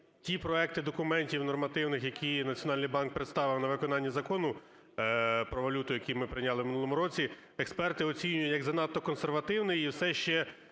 Ті проекти документів нормативних, які Національний банк представив на виконання Закону про валюту, який ми прийняли в минулому році, експерти оцінюють як занадто консервативні, і все ще